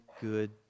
good